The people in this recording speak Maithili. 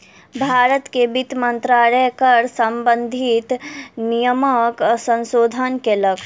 भारत के वित्त मंत्रालय कर सम्बंधित नियमक संशोधन केलक